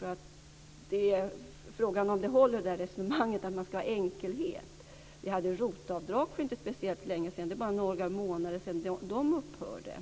Därför är frågan om resonemanget att man skall ha enkelhet håller. Vi hade ROT-avdrag för inte så längesedan. Det är bara några månader sedan de upphörde.